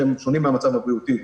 שהם שונים במצב הבריאותי.